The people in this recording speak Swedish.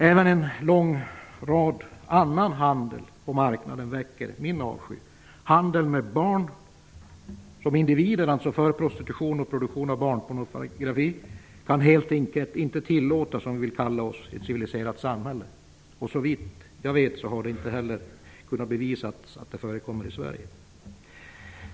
Även en lång rad annan handel på marknaden väcker min avsky. Handeln med enskilda barn för prostitution och för produktion av barnpornografi kan helt enkelt inte tillåtas om vi vill kalla oss ett civiliserat samhälle. Såvitt jag vet har det inte heller kunnat bevisas att det förekommer i Sverige.